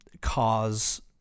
cause